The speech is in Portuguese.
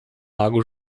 lago